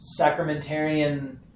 sacramentarian